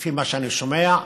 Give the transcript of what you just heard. לפי מה שאני שומע.